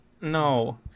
No